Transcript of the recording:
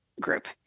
group